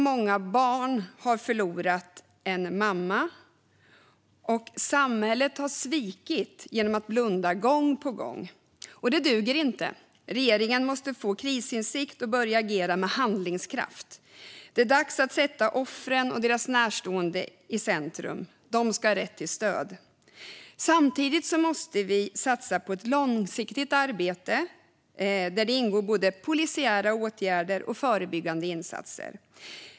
Många barn har förlorat en mamma. Samhället har svikit genom att blunda gång på gång. Det duger inte. Regeringen måste få krisinsikt och börja agera med handlingskraft. Det är dags att sätta offren och deras närstående i centrum. De ska ha rätt till stöd. Samtidigt måste vi satsa på ett långsiktigt arbete där både polisiära åtgärder och förebyggande insatser ingår.